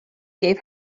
gave